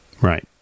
Right